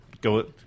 go